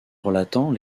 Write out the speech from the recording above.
relatant